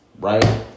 Right